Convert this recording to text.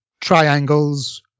triangles